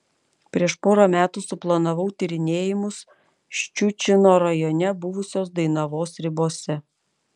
prieš porą metų suplanavau tyrinėjimus ščiučino rajone buvusios dainavos ribose